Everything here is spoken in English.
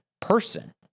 person